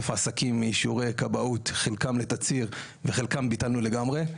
עסקים עם אישורי כבאות חלקם לתצהיר וחלקם ביטלנו לגמרי.